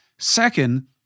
Second